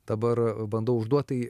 dabar bandau užduot tai